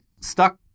stuck